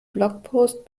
blogpost